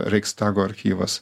reichstago archyvas